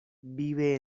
vive